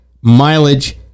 mileage